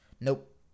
Nope